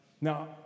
Now